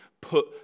put